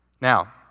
Now